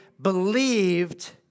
believed